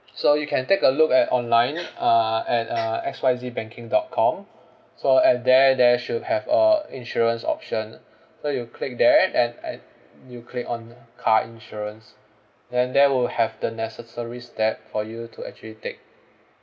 so you can take a look at online uh at uh X Y Z banking dot com so at there there should have a insurance option so you click there at at you click on car insurance then there will have the necessary step for you to actually take